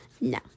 No